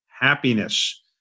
happiness